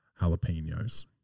jalapenos